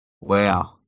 Wow